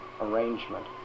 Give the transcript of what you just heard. arrangement